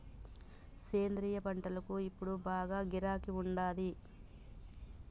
సేంద్రియ పంటలకు ఇప్పుడు బాగా గిరాకీ ఉండాది